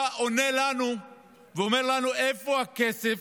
היה עונה לנו ואומר לנו איפה הכסף